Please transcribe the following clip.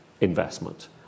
investment